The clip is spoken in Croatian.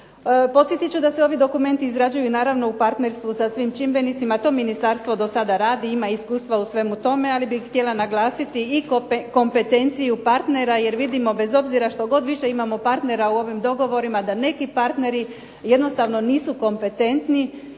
Podsjetit ću da se ovi dokumenti izrađuju naravno u partnerstvu sa svim čimbenicima. To ministarstvo do sada radi, ima iskustva u svemu tome. Ali bih htjela naglasiti i kompetenciju partnera jer vidimo bez obzira što god više imamo partnera u ovim dogovorima da neki partneri jednostavno nisu kompetentni